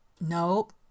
Nope